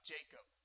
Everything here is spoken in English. Jacob